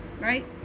right